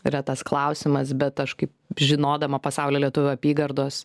yra tas klausimas bet aš kai žinodama pasaulio lietuvių apygardos